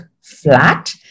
flat